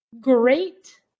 great